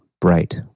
bright